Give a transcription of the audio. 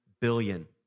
billion